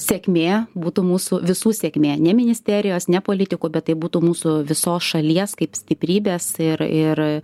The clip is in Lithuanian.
sėkmė būtų mūsų visų sėkmė ne ministerijos ne politikų bet tai būtų mūsų visos šalies kaip stiprybės ir ir